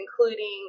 including